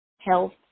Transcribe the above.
health